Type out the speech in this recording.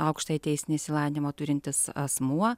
aukštąjį teisinį išsilavinimą turintis asmuo